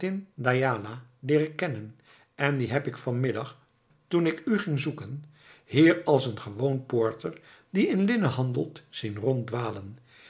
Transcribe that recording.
d'ayala leeren kennen en dien heb ik vanmiddag toen ik u ging zoeken hier als een gewoon poorter die in linnen handelt zien